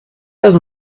pas